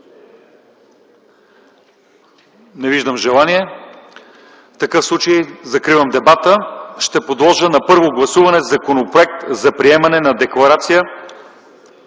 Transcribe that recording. Не виждам желание. В такъв случай закривам дебата. Ще подложа на първо гласуване Законопроект за приемане на декларация